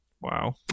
Wow